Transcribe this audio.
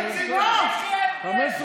יחי ההבדל.